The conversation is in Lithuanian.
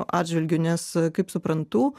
atžvilgiu nes kaip suprantu